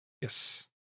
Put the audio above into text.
yes